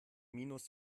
minus